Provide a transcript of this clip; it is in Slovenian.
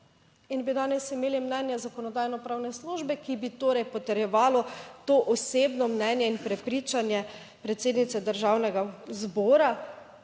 in bi danes imeli mnenje Zakonodajnopravne službe, ki bi torej potrjevalo to osebno mnenje in prepričanje predsednice Državnega zbora,